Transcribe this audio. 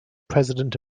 president